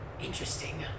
Interesting